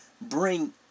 bring